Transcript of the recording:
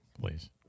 please